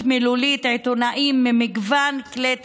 מילולית עיתונאים ממגוון כלי תקשורת,